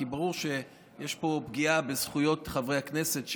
כי ברור שיש פה פגיעה בזכויות חברי הכנסת,